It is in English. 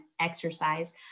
exercise